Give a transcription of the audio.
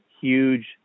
huge